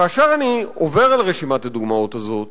כאשר אני עובר על רשימת הדוגמאות הזאת,